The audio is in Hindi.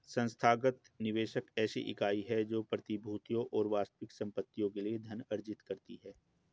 संस्थागत निवेशक ऐसी इकाई है जो प्रतिभूतियों और वास्तविक संपत्तियों के लिए धन अर्जित करती है